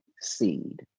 seed